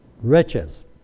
riches